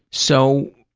so,